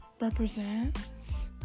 represents